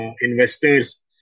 investors